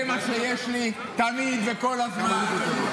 זה מה שיש לי תמיד וכל הזמן.